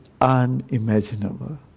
unimaginable